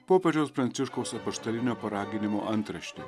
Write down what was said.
popiežiaus pranciškaus apaštalinio paraginimo antraštė